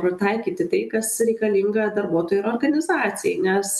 pritaikyti tai kas reikalinga darbuotojui ir organizacijai nes